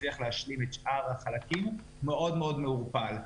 תצליח להשלים את שאר החלקים מאוד מאוד מעורפל.